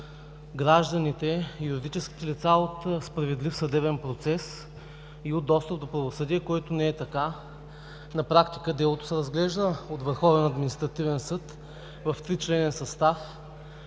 гражданите, юридическите лица от справедлив съдебен процес и от достъп до правосъдие, което не е така. На практика делото се разглежда от Върховен